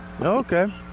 Okay